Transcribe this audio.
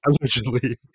Allegedly